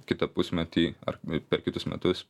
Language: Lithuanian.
kitą pusmetį ar per kitus metus